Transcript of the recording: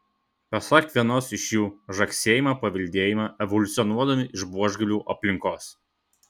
pasak vienos iš jų žagsėjimą paveldėjome evoliucionuodami iš buožgalvių aplinkos